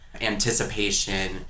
anticipation